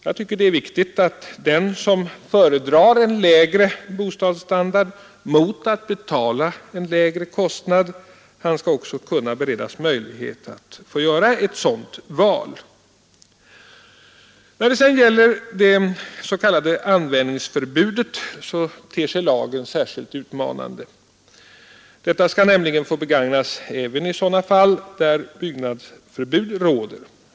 Jag tycker det är viktigt att den som föredrar en lägre bostadsstandard mot att betala en lägre kostnad också skall kunna beredas möjlighet att få göra ett sådant val. När det sedan gäller det s.k. användningsförbudet ter sig lagen särskilt utmanande. Detta skall nämligen få begagnas även i sådana fall där byggnadsförbud råder.